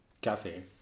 cafe